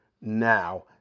now